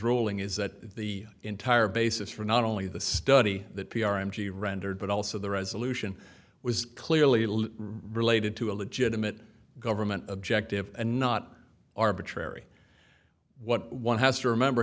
ruling is that the entire basis for not only the study that p r n g rendered but also the resolution was clearly related to a legitimate government objective and not arbitrary what one has to remember